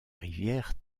rivière